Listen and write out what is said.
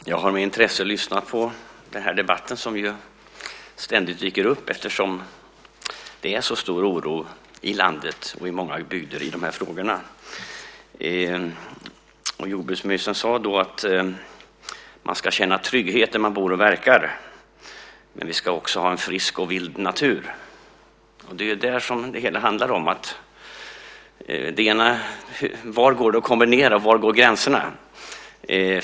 Fru talman! Jag har med intresse lyssnat på den här debatten, som ju ständigt dyker upp eftersom det är så stor oro i landet och i många bygder i de här frågorna. Jordbruksministern sade att man ska känna trygghet där man bor och verkar. Men vi ska också ha en frisk och vild natur. Det är detta det hela handlar om. Var går det att kombinera och var går gränserna?